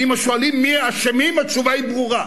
ואם שואלים מי האשמים, התשובה היא ברורה: